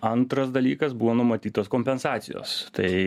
antras dalykas buvo numatytos kompensacijos tai